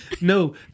No